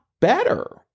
better